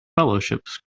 fellowships